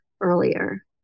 earlier